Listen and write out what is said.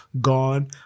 gone